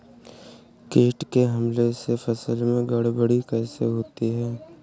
कीट के हमले से फसल में गड़बड़ी कैसे होती है?